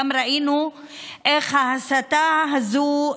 ראינו גם איך ההסתה הזאת,